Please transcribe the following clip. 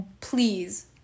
please